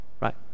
right